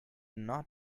not